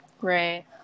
Great